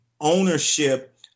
ownership